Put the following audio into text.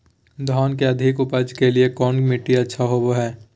धान के अधिक उपज के लिऐ कौन मट्टी अच्छा होबो है?